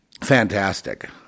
fantastic